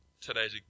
today's